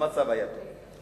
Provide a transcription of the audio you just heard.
המצב היה טוב.